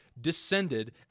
descended